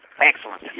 Excellent